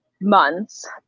months